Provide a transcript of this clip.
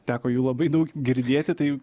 teko jų labai daug girdėti tai